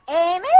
Amy